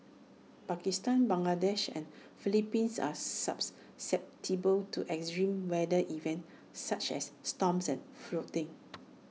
Pakistan Bangladesh and Philippines are susceptible to extreme weather events such as storms and flooding